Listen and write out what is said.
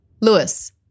Lewis